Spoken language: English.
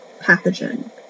pathogen